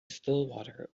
stillwater